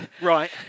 Right